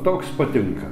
toks patinka